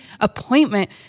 appointment